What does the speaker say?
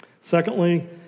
Secondly